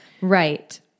Right